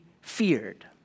feared